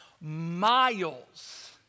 miles